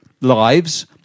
live's